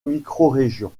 microrégions